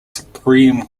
supreme